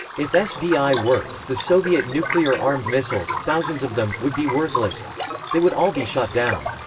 if sdi worked, the soviet nuclear armed missiles, thousands of them, would be worthless they would all be shot down.